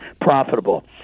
profitable